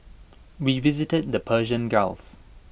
we visited the Persian gulf